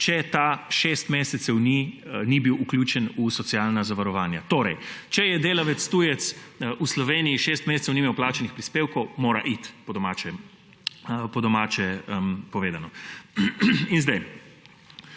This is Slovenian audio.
če ta šest mesecev ni bil vključen v socialna zavarovanja. Če delavec tujec v Sloveniji šest mesecev ni imel plačanih prispevkov, mora iti, po domače povedano. Poleg